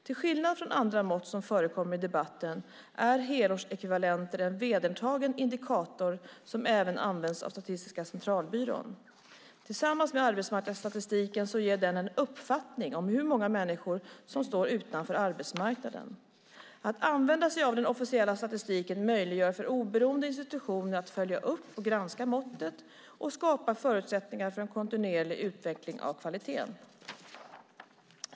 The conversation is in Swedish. Till skillnad från andra mått som förekommer i debatten är helårsekvivalenter en vedertagen indikator som även används av Statistiska centralbyrån. Tillsammans med arbetsmarknadsstatistiken ger den en uppfattning om hur många människor som står utanför arbetsmarknaden. Att använda sig av den officiella statistiken möjliggör för oberoende institutioner att följa upp och granska måttet och skapar förutsättningar för en kontinuerlig utveckling av kvaliteten.